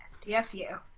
stfu